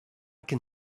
can